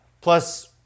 Plus